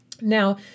Now